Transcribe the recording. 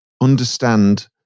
understand